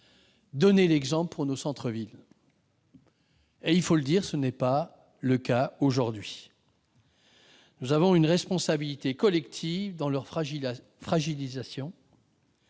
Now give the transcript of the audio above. donner l'exemple pour nos centres-villes, ce qui n'est pas le cas aujourd'hui. Nous avons une responsabilité collective dans leur fragilisation.